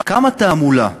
כמה תעמולה,